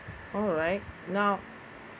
alright now